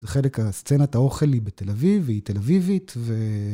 חלק הסצנת האוכל היא בתל אביב, והיא תל אביבית, ו...